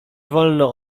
wolno